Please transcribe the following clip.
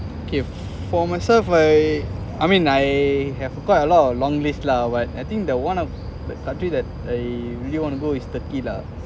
okay for myself like I mean I have quite a lot of long list lah but I think the one of the country that I really want to go is turkey lah